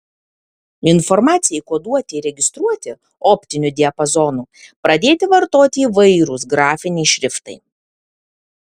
informacijai koduoti ir registruoti optiniu diapazonu pradėti vartoti įvairūs grafiniai šriftai